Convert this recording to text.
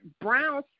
brown